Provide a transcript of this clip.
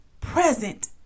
present